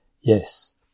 yes